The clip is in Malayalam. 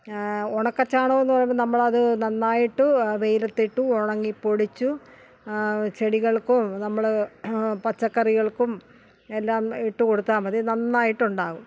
ഉണക്ക ചാണകമെന്ന് പറയുമ്പം നമ്മളത് നന്നായിട്ടു വെയിലത്തിട്ടു ഉണങ്ങിപ്പൊടിച്ച് ചെടികള്ക്കും നമ്മള് പച്ചക്കറികള്ക്കും എല്ലാം ഇട്ട് കൊടുത്താൽ മതി നന്നായിട്ട് ഉണ്ടാകും